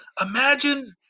Imagine